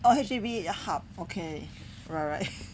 oh H_D_B hub okay alright